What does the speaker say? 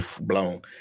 blown